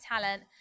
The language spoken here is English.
talent